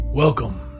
Welcome